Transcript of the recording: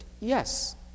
Yes